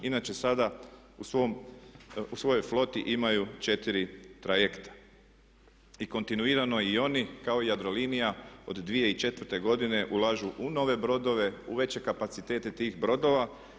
Inače sada u svojoj floti imaju 4 trajekta i kontinuirano i oni kao i Jadrolinija od 2004. godine ulažu u nove brodove, u veće kapacitete tih brodova.